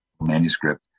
manuscript